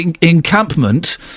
encampment